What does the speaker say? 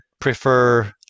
prefer